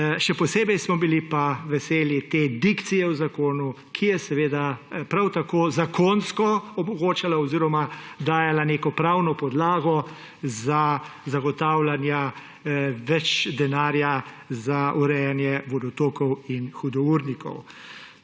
Še posebej smo bili pa veseli te dikcije v zakonu, ki je seveda prav tako zakonsko omogočala oziroma dajala neko pravno podlago za zagotavljanje več denarja za urejanje vodotokov in hudournikov.